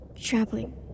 Traveling